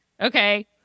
okay